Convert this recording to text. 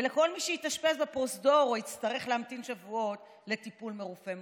כל מי שהתאשפז בפרוזדור או יצטרך להמתין שבועות לטיפול מרופא מומחה,